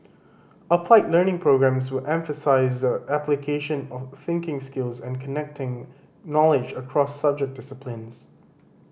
applied Learning programmes will emphasise the application of thinking skills and connecting knowledge across subject disciplines